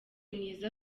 mwiza